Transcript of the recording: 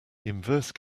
inverse